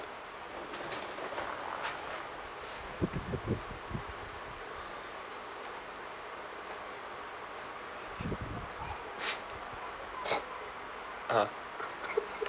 (uh huh)